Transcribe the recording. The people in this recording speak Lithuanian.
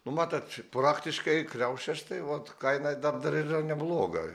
nu matot praktiškai kriaušės tai vot kaina dar dar yra nebloga